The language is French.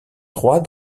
trois